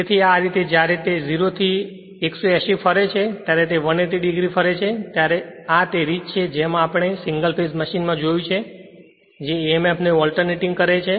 તેથી આ રીતે જ્યારે તે 0 થી 180 ફરે છે જ્યારે તે 180 o ફરે છે ત્યારે આ તે જ રીત છે જેમ આપણે સિંગલ ફેઝ મશીન જોયું છે જે emf ને ઓલ્ટર્નેટિંગ કરે છે